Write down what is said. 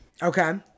Okay